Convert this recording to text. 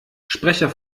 sprecher